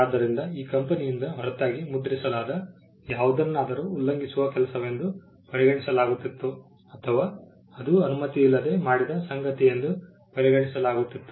ಆದ್ದರಿಂದ ಈ ಕಂಪನಿಯಿಂದ ಹೊರತಾಗಿ ಮುದ್ರಿಸಲಾದ ಯಾವುದನ್ನಾದರೂ ಉಲ್ಲಂಘಿಸುವ ಕೆಲಸವೆಂದು ಪರಿಗಣಿಸಲಾಗುತ್ತಿತ್ತು ಅಥವಾ ಅದು ಅನುಮತಿಯಿಲ್ಲದೆ ಮಾಡಿದ ಸಂಗತಿಯೆಂದು ಪರಿಗಣಿಸಲಾಗುತ್ತಿತ್ತು